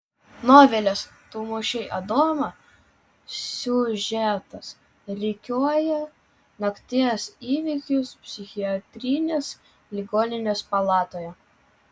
novelės tu mušei adomą siužetas rikiuoja nakties įvykius psichiatrinės ligoninės palatoje